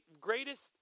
greatest